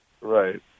Right